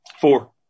Four